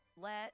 let